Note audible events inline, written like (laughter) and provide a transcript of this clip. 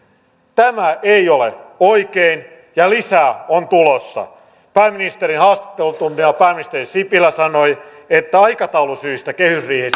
tämä ei ole oikein ja lisää on tulossa pääministerin haastattelutunnilla pääministeri sipilä sanoi että aikataulusyistä kehysriihi (unintelligible)